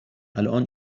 الان